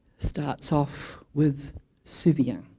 starts off with souviens